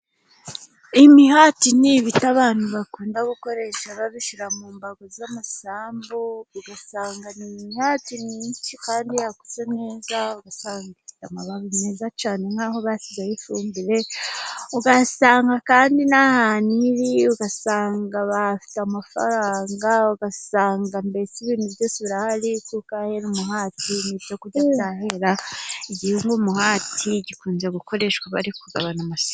Imihati ni ibiti abantu bakunda gukoresha babishyira mu mbago z'amasambu, ugasanga ni imihati myinshi kandi yakuze neza, ugasanga ifite amababi meza cyane nk'aho bashyizeho ifumbire, ugasanga kandi n'ahantu biri ugasanga bafite amafaranga ugasanga mbese ibintu byose birahari, kuko ahera umuhati n'ibyo kurya byahera. igihingwa umuhati gikunze gukoreshwa bari kugabana amasambu.